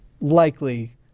likely